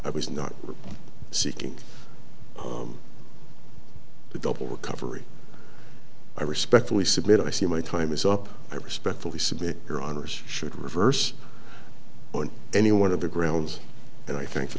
i was not seeking to double recovery i respectfully submit i see my time is up i respectfully submit your honour's should reverse on any one of the grounds and i thank the